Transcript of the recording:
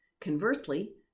Conversely